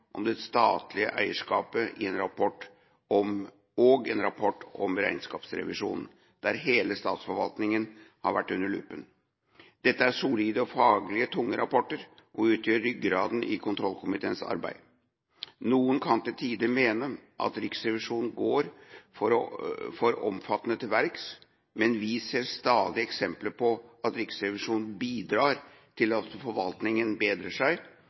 om det statlige eierskapet og en rapport om regnskapsrevisjonen, der hele statsforvaltningen har vært under lupen. Dette er solide og faglig tunge rapporter, og utgjør ryggraden i kontrollkomiteens arbeid. Noen kan til tider mene at Riksrevisjonen går for omfattende til verks, men vi ser stadig eksempler på at Riksrevisjonen bidrar til at forvaltningen forbedrer seg